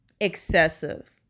excessive